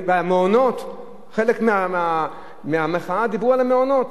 והמעונות, חלק מהמחאה דיבר על המעונות.